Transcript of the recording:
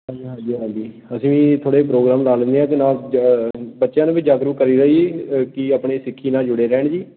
ਹਾਂਜੀ ਹਾਂਜੀ ਹਾਂਜੀ ਅਸੀਂ ਵੀ ਥੋੜ੍ਹੇ ਪ੍ਰੋਗਰਾਮ ਲਾ ਲੈਂਦੇ ਹਾਂ ਅਤੇ ਨਾਲ ਬੱਚਿਆਂ ਨੂੰ ਵੀ ਜਾਗਰੂਕ ਕਰੀਦਾ ਜੀ ਕਿ ਆਪਣੇ ਸਿੱਖੀ ਨਾਲ ਜੁੜੇ ਰਹਿਣ ਜੀ